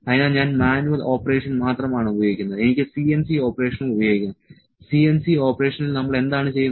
അതിനാൽ ഞാൻ manual operation മാത്രമാണ് ഉപയോഗിക്കുന്നത് എനിക്ക് CNC ഓപ്പറേഷനും ഉപയോഗിക്കാം CNC ഓപ്പറേഷനിൽ നമ്മൾ എന്താണ് ചെയ്യുന്നത്